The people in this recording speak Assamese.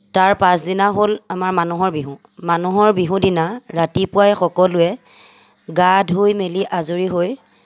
তাৰ পাচদিনা হ'ল আমাৰ মানুহৰ বিহু মানুহৰ বিহু দিনা ৰাতিপুৱাই সকলোৱে গা ধুই মেলি আজৰি হৈ